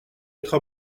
être